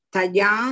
Taya